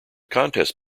contest